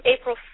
April